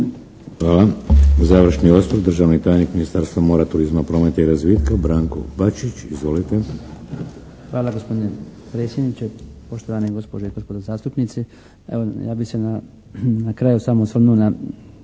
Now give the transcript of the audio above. Hvala. Završni osvrt, državni tajnik Ministarstva moira, turizma, prometa i razvitka Branko Bačić. Izvolite. **Bačić, Branko (HDZ)** Hvala gospodine predsjedniče, poštovane gospođo i gospodo zastupnici. Evo ja bih se na kraju samo osvrnuo